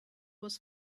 was